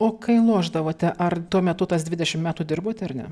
o kai lošdavote ar tuo metu tas dvidešimt metų dirbote ar ne